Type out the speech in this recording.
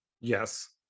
yes